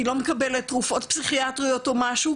היא לא מקבלת תרופות פסיכיאטריות או משהו,